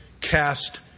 cast